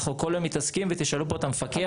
אנחנו כל היום מתעסקים, ותשאלו פה את המפקח.